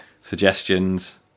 suggestions